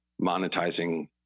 monetizing